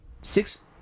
six